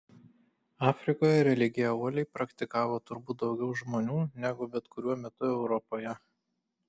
afrikoje religiją uoliai praktikavo turbūt daugiau žmonių negu bet kuriuo metu europoje